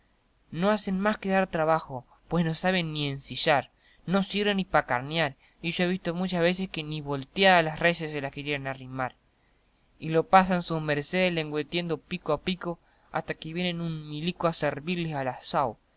no hacen más que dar trabajo pues no saben ni ensillar no sirven ni pa carniar y yo he visto muchas veces que ni voltiadas las reses se les querían arrimar y lo pasan sus mercedes lengüetiando pico a pico hasta que viene un milico a servirles al asaoy